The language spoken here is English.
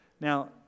Now